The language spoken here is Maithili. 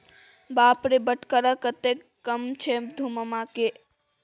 बाप रे बटखरा कतेक कम छै धुम्माके